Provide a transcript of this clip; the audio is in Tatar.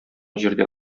җирдә